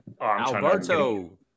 Alberto